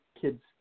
kids